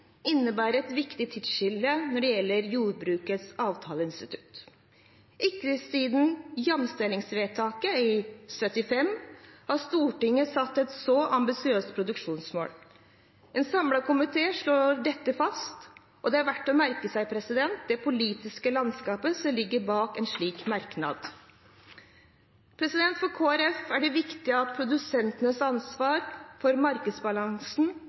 innebærer et viktig tidsskille når det gjelder jordbrukets avtaleinstitutt. Ikke siden jamstellingsvedtaket i 1975 har Stortinget satt et så ambisiøst produksjonsmål. En samlet komité slår dette fast, og det er verdt å merke seg det politiske landskapet som ligger bak en slik merknad. For Kristelig Folkeparti er det viktig at produsentenes ansvar for markedsbalansen